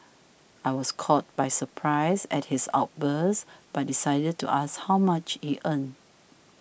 I was caught by surprise at his outburst but decided to ask how much he earned